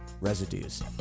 residues